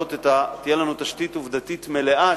ותהיה לנו תשתית עובדתית מלאה,